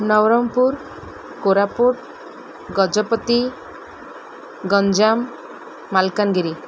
Nabarangpur Koraput Gajapati Ganjam Malkangiri